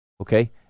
Okay